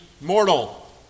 Mortal